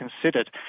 considered